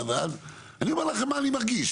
ואז אני אומר לכם מה אני מרגיש,